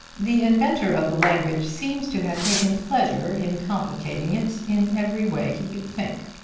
the inventor of the language seems to have taken pleasure in complicating it in every way he could think